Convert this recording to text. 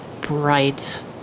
bright